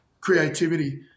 creativity